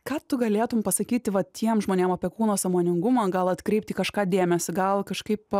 ką tu galėtum pasakyti va tiem žmonėm apie kūno sąmoningumą gal atkreipti į kažką dėmesį gal kažkaip